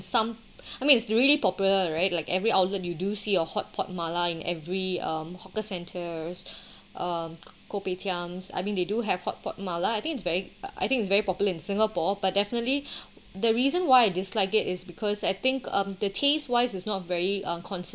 some I mean it's really popular right like every outlet you do see a hotpot mala in every um hawker centres um kopitiam I mean they do have hotpot mala I think it's very I think it's very popular in singapore but definitely the reason why I dislike it is because I think um the taste wise is not very um consistent